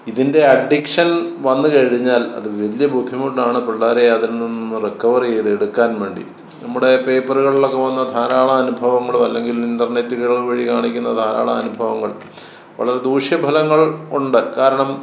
ഇതിൻ്റെ അഡിക്ഷൻ വന്നു കഴിഞ്ഞാൽ അത് വലിയ ബുദ്ധിമുട്ടാണ് പിള്ളാരെ അതിൽ നിന്ന് റിക്കവർ ചെയ്തെടുക്കാൻ വേണ്ടി നമ്മുടെ പേപ്പറുകളിലൊക്കെ വന്ന ധാരാളം അനുഭവങ്ങളോ അല്ലെങ്കിൽ ഇൻ്റ്ർനെറ്റുകൾ വഴി കാണിക്കുന്ന ധാരാളം അനുഭവങ്ങൾ വളരെ ദൂഷ്യഫലങ്ങൾ ഉണ്ട് കാരണം